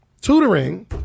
Tutoring